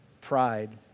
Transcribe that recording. pride